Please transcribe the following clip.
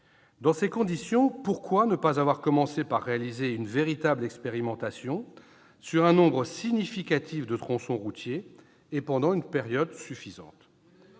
Dans ces conditions, pourquoi ne pas avoir commencé par réaliser une véritable expérimentation sur un nombre significatif de tronçons routiers et pendant une période suffisante ?